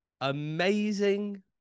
amazing